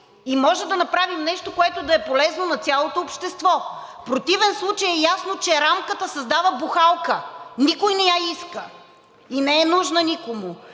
и може да направим нещо, което да е полезно на цялото общество. В противен случай е ясно, че рамката създава бухалка – никой не я иска и не е нужна никому.